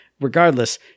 regardless